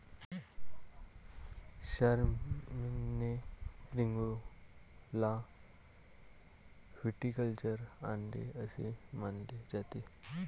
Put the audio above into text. शारलेमेनने रिंगौला व्हिटिकल्चर आणले असे मानले जाते